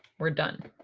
we're done!